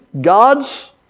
God's